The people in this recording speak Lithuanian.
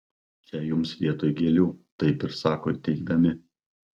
čia jums vietoj gėlių taip ir sako įteikdami